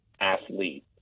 athlete